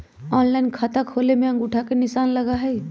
Online खाता खोले में अंगूठा के निशान लगहई?